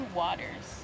waters